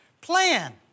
plan